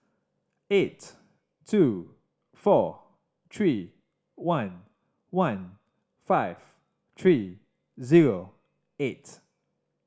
eight two four three one one five three zero eight